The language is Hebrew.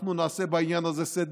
אנחנו נעשה בעניין הזה סדר.